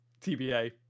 TBA